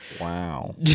Wow